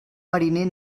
mariner